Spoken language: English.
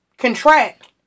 Contract